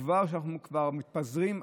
כשאנחנו כבר מתפזרים,